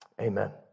Amen